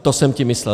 To jsem tím myslel.